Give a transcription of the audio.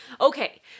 Okay